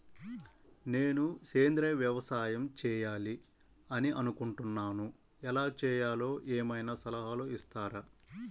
నేను సేంద్రియ వ్యవసాయం చేయాలి అని అనుకుంటున్నాను, ఎలా చేయాలో ఏమయినా సలహాలు ఇస్తారా?